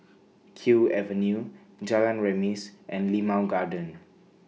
Kew Avenue Jalan Remis and Limau Garden